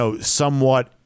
somewhat